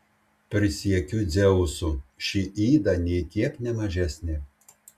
prisiekiu dzeusu ši yda nė kiek ne mažesnė